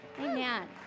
Amen